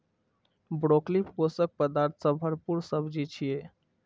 broccoli पोषक पदार्थ सं भरपूर सब्जी छियै